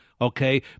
Okay